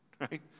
Right